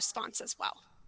response as well